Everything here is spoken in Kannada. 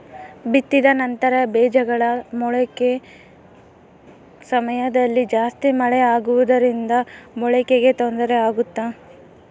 ಬಿತ್ತಿದ ನಂತರ ಬೇಜಗಳ ಮೊಳಕೆ ಸಮಯದಲ್ಲಿ ಜಾಸ್ತಿ ಮಳೆ ಆಗುವುದರಿಂದ ಮೊಳಕೆಗೆ ತೊಂದರೆ ಆಗುತ್ತಾ?